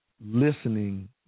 listening